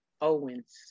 Owens